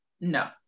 no